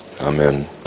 Amen